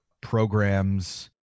programs